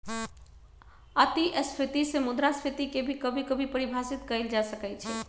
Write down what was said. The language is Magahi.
अतिस्फीती से मुद्रास्फीती के भी कभी कभी परिभाषित कइल जा सकई छ